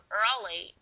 early